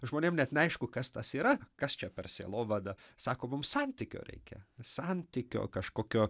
žmonėm net neaišku kas tas yra kas čia per sielovada sako mums santykio reikia santykio kažkokio